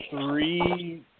three